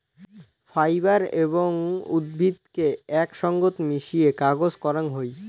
fibre এবং উদ্ভিদকে আক সঙ্গত মিশিয়ে কাগজ করাং হই